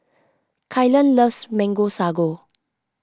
Kylan loves Mango Sago